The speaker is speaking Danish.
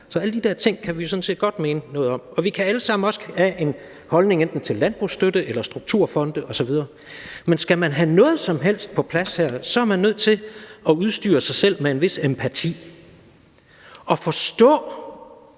Så alle de der ting kan vi jo sådan set godt mene noget om, og vi kan alle sammen også have en holdning, enten til landbrugsstøtte eller strukturfonde osv. Men skal man have noget som helst på plads her, er man nødt til at udstyre sig selv med en vis empati og forstå,